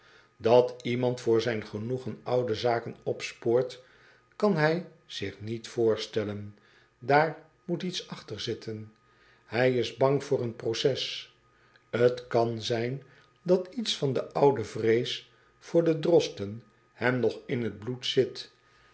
at iemand voor zijn genoegen oude zaken opspoort kan hij zich niet voorstellen aar moet iets achter zitten ij is bang voor een proces t an zijn dat iets van de oude vrees voor de drosten hem nog in t bloed zit